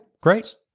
great